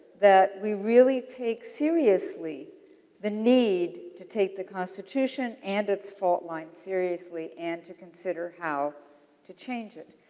that, we really take seriously the need to take the constitution and it's fault lines seriously and to consider how to change it.